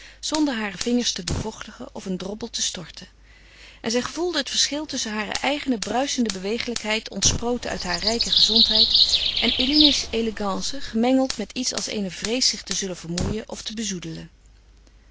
zonder hare vingers te bevochtigen of een droppel te storten en zij gevoelde het verschil tusschen hare eigene bruisende bewegelijkheid ontsproten uit haar rijke gezondheid en eline's elegance gemengeld met iets als eene vrees zich te zullen vermoeien of te bezoedelen